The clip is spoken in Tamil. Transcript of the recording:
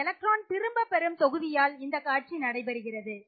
இது எலக்ட்ரான் திரும்பப்பெறும் தொகுதியால் இந்தக் காட்சி நடைபெறுகிறது